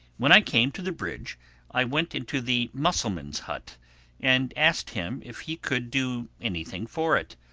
when i came to the bridge i went into the musselman's hut and asked him if he could do anything for it.